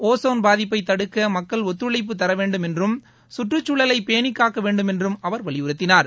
ozone பாதிப்பை தடுக்க மக்கள் ஒத்துழைப்பு தர வேண்டும் என்றும் சுற்றுச் சூழலை பேணி காக்க வேண்டும் என்றும் அவர் வலியுறுத்தினார்